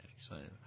Excellent